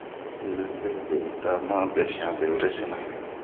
Le'ere bedan ma be fian wure be sina.